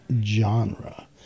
genre